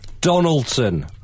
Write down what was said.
Donaldson